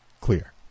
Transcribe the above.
clear